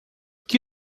que